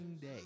day